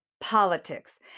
politics